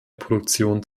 produktion